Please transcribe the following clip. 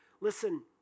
Listen